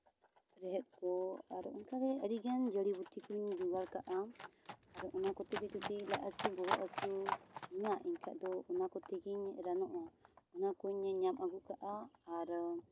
ᱨᱮᱸᱦᱮᱫ ᱠᱚ ᱟᱨᱚ ᱚᱱᱠᱟ ᱜᱮ ᱟᱹᱰᱤ ᱜᱟᱱ ᱡᱟᱹᱲᱤ ᱵᱩᱴᱤ ᱠᱚᱧ ᱡᱳᱜᱟᱲ ᱠᱟᱜᱟ ᱟᱨ ᱚᱟᱱ ᱠᱚᱛᱮ ᱜᱮ ᱡᱩᱫᱤ ᱞᱟᱡ ᱦᱟᱹᱥᱩ ᱵᱚᱦᱚᱜ ᱦᱟᱹᱥᱩ ᱤᱧᱟᱹᱜ ᱮᱱᱠᱷᱟᱡ ᱫᱚ ᱚᱱᱟ ᱠᱚᱛᱮ ᱜᱮᱧ ᱨᱟᱱᱚᱜᱼᱟ ᱚᱱᱟ ᱠᱚᱧ ᱧᱟᱢ ᱟᱹᱜᱩ ᱠᱟᱜᱼᱟ ᱟᱨ